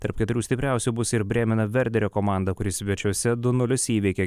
tarp keturių stipriausių bus ir brėmeno verderio komanda kuri svečiuose du nulis įveikė